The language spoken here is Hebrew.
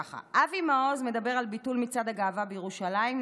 ככה: אבי מעוז מדבר על ביטול מצעד הגאווה בירושלים,